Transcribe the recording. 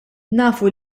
nafu